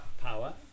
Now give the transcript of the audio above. power